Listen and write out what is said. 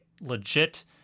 legit